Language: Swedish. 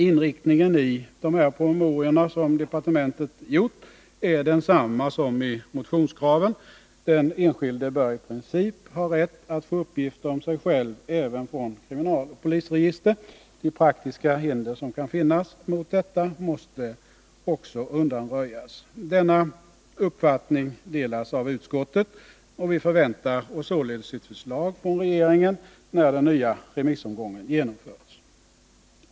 Inriktningen i dessa promemorior, som departementet gjort, är densamma som i motionskraven: den enskilde bör i princip ha rätt att få uppgifter om sig själv även från kriminaloch polisregister. De praktiska hinder som kan finnas mot detta måste också undanröjas. Denna uppfattning delas av utskottet, och vi förväntar oss således ett förslag från regeringen när den nya remissomgången genomförts.